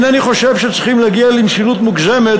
אני אינני חושב שצריכים להגיע למשילות מוגזמת